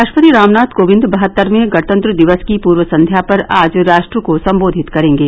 राष्ट्रपति रामनाथ कोविंद बहत्तरवें गणतंत्र दिवस की पूर्व संध्या पर आज राष्ट्र को संबोधित करेंगे